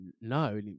no